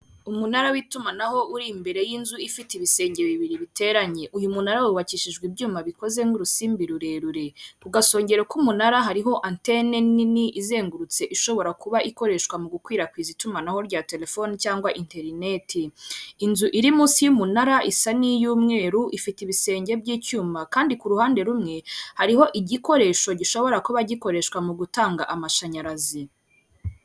Umunara w'itumanaho uri imbere y'inzu ifite ibisenge bibiri bi biteranye, uyu munara wubakishijwe ibyuma bikoze nk'urusimbi rurerure mu gasongero k'umunara hariho antene nini izengurutse ishobora kuba ikoreshwa mu gukwirakwiza itumanaho rya telefoni cyangwa interineti, inzu iri munsi y'umunara isa n'iy'umweru ifite ibisenge by'icyuma kandi ku ruhande rumwe hariho igikoresho gishobora kuba gikoreshwa mu gutanga amashanyarazi